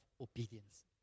obedience